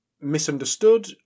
misunderstood